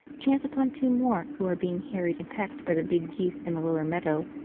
chance upon two more who are being harried and pecked by the big geese in the lower meadow,